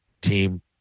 team